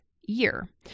year